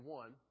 one